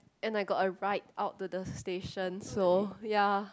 and I got a ride out to the station so ya